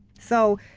so,